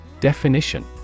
Definition